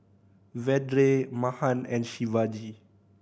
Vedre Mahan and Shivaji